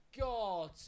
God